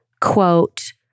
quote